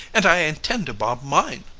and i intend to bob mine.